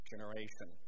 generation